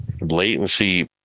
Latency